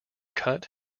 cut